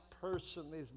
personally